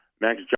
Max